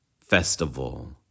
festival